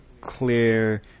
clear